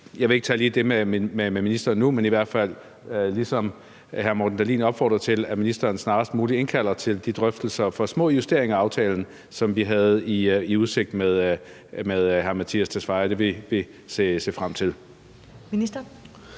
Jeg vil ikke tage lige det med ministeren nu, men i hvert fald ligesom hr. Morten Dahlin opfordre til, at ministeren snarest muligt indkalder til de drøftelser om små justeringer af aftalen, som vi havde i udsigt med ministerens forgænger – det vil vi se frem til.